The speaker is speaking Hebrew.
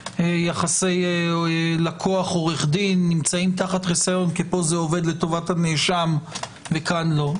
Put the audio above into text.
שיחסי לקוח עורך דין נמצאים תחת חיסיון כי פה זה עובד לטובת הנאשם וכן לא.